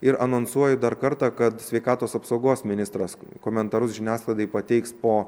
ir anonsuoju dar kartą kad sveikatos apsaugos ministras komentarus žiniasklaidai pateiks po